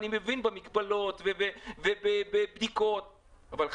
אני מבין שזה יהיה במגבלות ובבדיקות אבל,